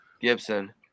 Gibson